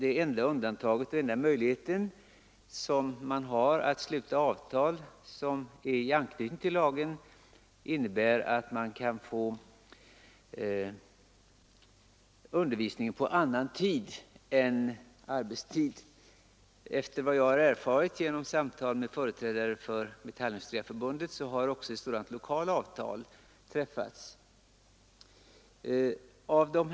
Enda möjligheten till undantag när det gäller avtal i anknytning till lagen är att man kan få undervisning på annan tid än arbetstid. Efter vad jag har erfarit genom samtal med företrädare för Metallindustriarbetareförbundet har också sådant avtal träffats lokalt.